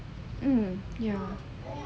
mm ya